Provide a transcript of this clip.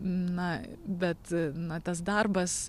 na bet na tas darbas